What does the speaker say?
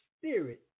spirit